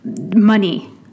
money